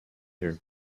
her